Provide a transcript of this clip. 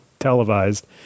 televised